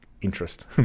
interest